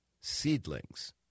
seedlings